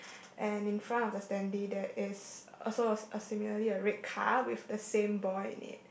and in front of the standee there is also a a similarly a red car with the same boy in it